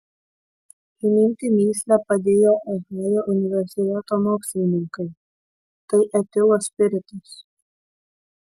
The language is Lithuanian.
įminti mįslę padėjo ohajo universiteto mokslininkai tai etilo spiritas